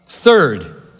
Third